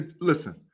listen